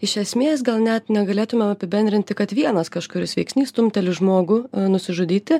iš esmės gal net negalėtumėm apibendrinti kad vienas kažkuris veiksnys stumteli žmogų nusižudyti